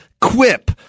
Quip